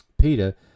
Peter